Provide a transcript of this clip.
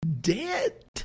dead